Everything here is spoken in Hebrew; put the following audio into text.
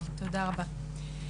תודה רבה.